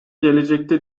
gelecekte